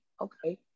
Okay